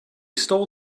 stole